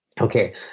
Okay